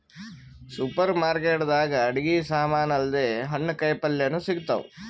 super market ದಾಗ್ ಅಡಗಿ ಸಮಾನ್ ಅಲ್ದೆ ಹಣ್ಣ್ ಕಾಯಿಪಲ್ಯನು ಸಿಗ್ತಾವ್